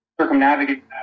circumnavigate